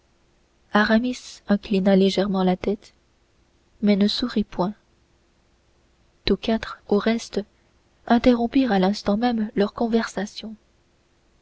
aramis inclina légèrement la tête mais ne sourit point tous quatre au reste interrompirent à l'instant même leur conversation